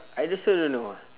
I also don't know ah